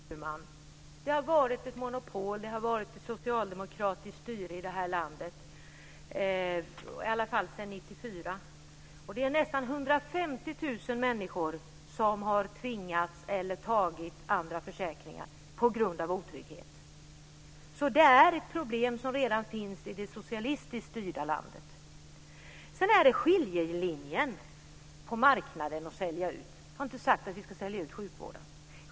Herr talman! Det har varit ett monopol och ett socialdemokratiskt styre i landet i alla fall sedan 1994, Ingrid Burman. Det är nästan 150 000 människor som har tvingats ta andra försäkringar på grund av otrygghet. Det är ett problem som redan finns i detta socialistiskt styrda land. Jag har inte sagt att vi ska sälja ut sjukvården.